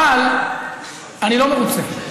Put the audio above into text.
אבל אני לא מרוצה.